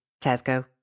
Tesco